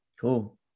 cool